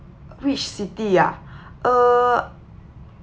which city ah uh